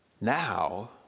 Now